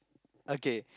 okay